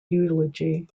eulogy